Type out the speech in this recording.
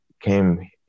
came